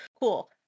cool